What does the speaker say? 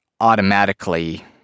automatically